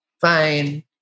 fine